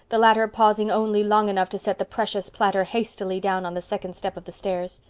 the latter pausing only long enough to set the precious platter hastily down on the second step of the stairs.